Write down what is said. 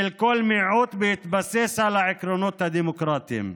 כל מיעוט בהתבסס על העקרונות הדמוקרטיים,